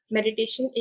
Meditation